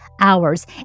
hours